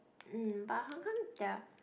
mm but how come their